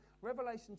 Revelation